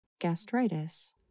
gastritis